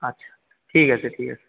আচ্ছা ঠিক আছে ঠিক আছে